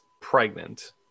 pregnant